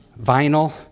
Vinyl